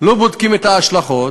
לא בודקים את ההשלכות,